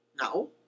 No